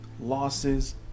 losses